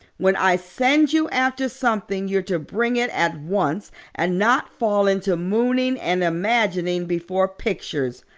when i send you after something you're to bring it at once and not fall into mooning and imagining before pictures.